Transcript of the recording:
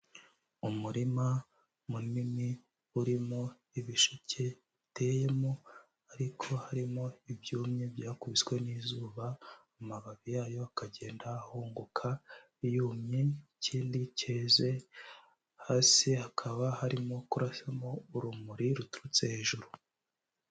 Umurima munini urimo ibisheke biteyemo, ariko harimo ibyumye byakubiswe n'izuba amababi yabyo akagenda ahunguka yumye, ikindi cyeze hasi, hakaba harimo kurasamo urumuri ruturutse hejuru.